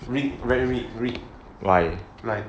rigged very rigged rigged like